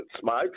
smokes